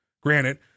Granted